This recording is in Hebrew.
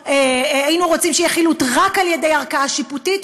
היינו רוצים שיהיה חילוט רק על-ידי ערכאה שיפוטית,